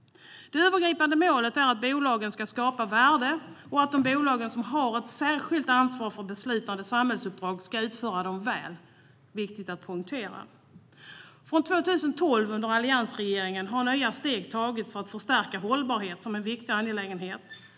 Det övergripande målet är att bolagen ska skapa värde och att de bolag som har ett särskilt ansvar för beslutade samhällsuppdrag ska utföra dem väl. Det är viktigt att poängtera. Från 2012, under alliansregeringen, har nya steg tagits för att förstärka hållbarhet som en viktig angelägenhet.